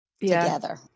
together